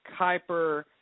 Kuiper